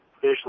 fish